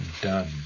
done